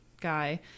guy